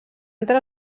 entre